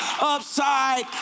upside